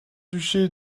duché